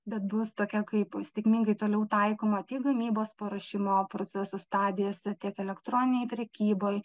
bet bus tokia kaip sėkmingai toliau taikoma tiek gamybos paruošimo proceso stadijose tiek elektroninėj prekyboj